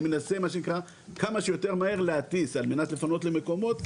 אני מנסה כמה שיותר מהר להטיס על מנת לפנות לי מקומות.